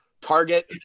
Target